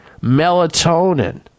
melatonin